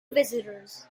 visitors